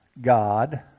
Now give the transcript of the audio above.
God